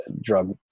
drug